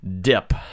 dip